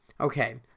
Okay